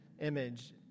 image